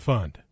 Fund